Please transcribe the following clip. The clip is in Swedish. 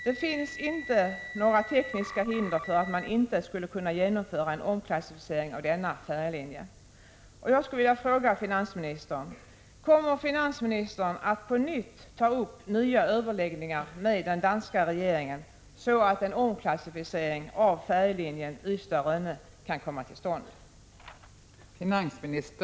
Det finns inga tekniska hinder mot en omklassificering av denna färjelinje.